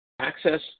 Access